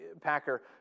Packer